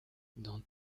dans